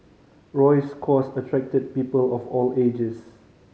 Roy's cause attracted people of all ages